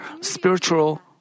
spiritual